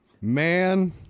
Man